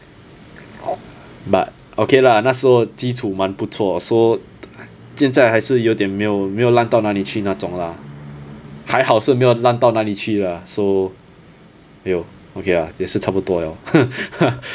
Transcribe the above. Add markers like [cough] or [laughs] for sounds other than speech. but okay lah 那时候基础蛮不错 so 现在还是有点没有没有烂到哪里去那种啦还好是没有烂到哪里去 lah so !aiyo! okay lah 也是差不多 [laughs]